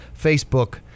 Facebook